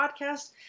podcast